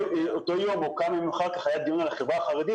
באותו יום או כמה ימים אחר כך היה דיון על החברה החרדית